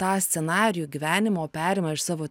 tą scenarijų gyvenimo perima iš savo